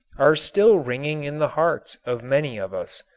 are still ringing in the hearts of many of us.